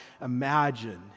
Imagine